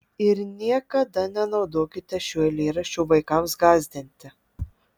ir niekada nenaudokite šio eilėraščio vaikams gąsdinti